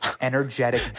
energetic